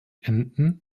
enden